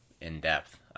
in-depth